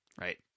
Right